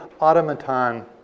automaton